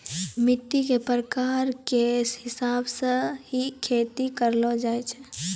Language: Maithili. मिट्टी के प्रकार के हिसाब स हीं खेती करलो जाय छै